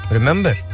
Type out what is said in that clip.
Remember